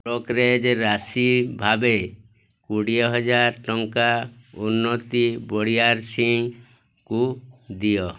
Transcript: brokerage ରାଶି ଭାବେ କୋଡ଼ିଏ ଟଙ୍କା ଉନ୍ନତି ବଳିଆରସିଂହଙ୍କୁ ଦିଅ